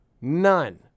none